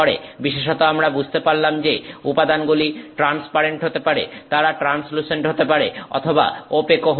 বিশেষত আমরা বুঝতে পারলাম যে উপাদানগুলি ট্রান্সপারেন্ট হতে পারে তারা ট্রান্সলুসেন্ট হতে পারে অথবা ওপেকও হতে পারে